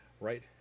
Right